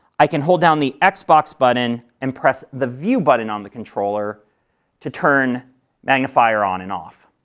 i can hold down the xbox button and press the view button on the controller to turn magnifier on and off.